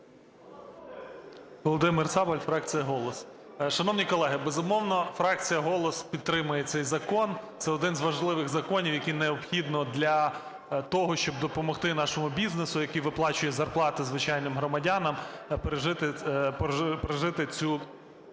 Володимир Цабаль, фракція "Голос". Шановні колеги, безумовно, фракція "Голос" підтримує цей закон. Це один з важливих законів, які необхідно для того, щоб допомогти нашому бізнесу, який виплачує зарплати звичайним громадянам, пережити цю